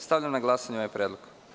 Stavljam na glasanje ovaj predlog.